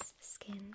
Skin